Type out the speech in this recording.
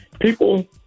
people